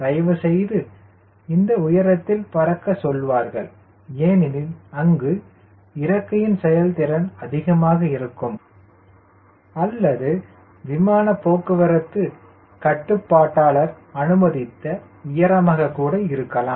தயவுசெய்து இந்த உயரத்தில் பறக்கச் சொல்வார்கள் ஏனெனில் அங்கு இறக்கையின் செயல்திறன் அதிகமாக இருக்கும் அல்லது விமானப் போக்குவரத்துக் கட்டுப்பாட்டாளர் அனுமதித்த உயரமாக கூட இருக்கலாம்